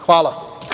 Hvala.